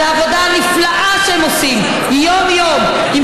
על העבודה הנפלאה שהם עושים יום-יום עם